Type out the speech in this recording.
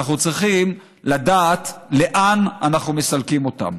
אנחנו צריכים לדעת לאן אנחנו מסלקים אותם.